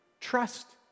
Trust